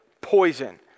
poison